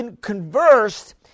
conversed